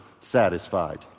satisfied